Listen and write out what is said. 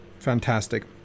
fantastic